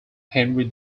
henry